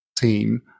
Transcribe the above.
team